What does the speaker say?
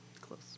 close